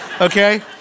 okay